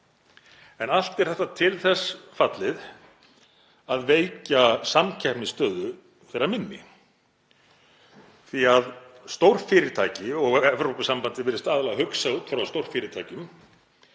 En allt er þetta til þess fallið að veikja samkeppnisstöðu þeirra minni því að stórfyrirtæki — Evrópusambandið virðist aðallega hugsa út frá stórfyrirtækjum,